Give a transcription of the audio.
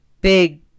big